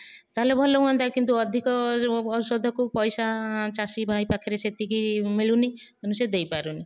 ତାହେଲେ ଭଲ ହୁଅନ୍ତା କିନ୍ତୁ ଅଧିକ ଔଷଧ କୁ ପଇସା ଚାଷୀ ଭାଇ ପାଖରେ ସେତିକି ମିଳୁନି ତେଣୁ ସେ ଦେଇପାରୁନି